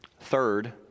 Third